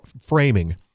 framing